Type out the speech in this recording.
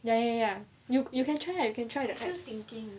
ya ya ya you you can try ah you can try that kind